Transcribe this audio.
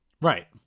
right